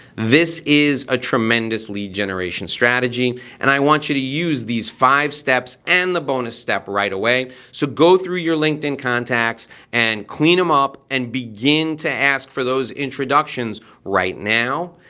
this is a tremendous lead generation strategy and i want you to use these five steps and the bonus step right away. so go through your linkedin contacts and clean them up and begin to ask for those introductions right now.